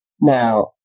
Now